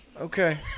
Okay